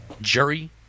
jury